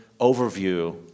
overview